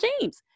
James